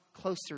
closer